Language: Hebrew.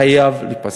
חייב להיפסק.